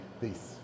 Peace